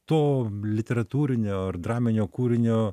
to literatūrinio ar draminio kūrinio